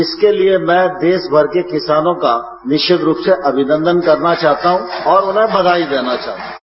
इसके लिए मैं देशभर के किसानों का निश्चित रूप से अभिनंदन करना चाहता हूं और उन्हें बधाई देना चाहता हूं